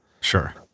Sure